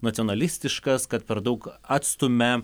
nacionalistiškas kad per daug atstumia